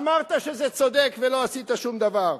אמרת שזה צודק, ולא עשית שום דבר.